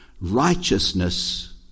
righteousness